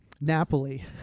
Napoli